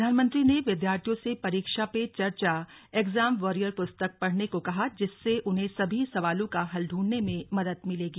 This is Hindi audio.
प्रधानमंत्री ने विद्यार्थियों से परीक्षा पे चर्चा एग्जाम वॉरियर पुस्तक पढ़ने को कहा जिससे उन्हें सभी सवालों का हल ढूंढने में मदद मिलेगी